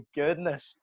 goodness